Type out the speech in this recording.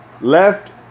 left